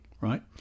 right